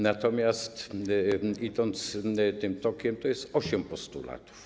Natomiast idąc tym tokiem, jest osiem postulatów.